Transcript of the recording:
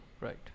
Right